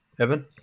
Evan